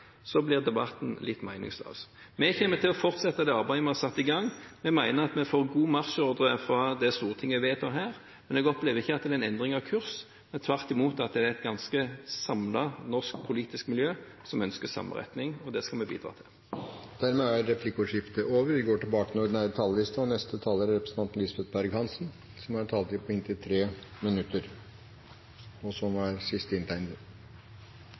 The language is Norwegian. blir debatten litt meningsløs. Vi kommer til å fortsette det arbeidet vi har satt i gang, og jeg mener at vi får god marsjordre fra det Stortinget vedtar her. Jeg opplever ikke at det er endring av kurs, men tvert imot at det er et ganske samlet norsk politisk miljø som ønsker samme retning, og det skal vi bidra til. Replikkordskiftet er dermed over. La meg først av alt få gratulere forslagsstillerne med tilsynelatende å ha fått regjeringen på glid, for ikke å si på